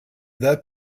that